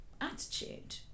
attitude